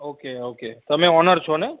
okay okay તમે owner છો ને